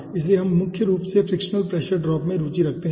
इसलिए हम मुख्य रूप से फ्रिक्शनल प्रेशर ड्रॉप में रुचि रखते हैं